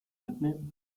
mitnehmen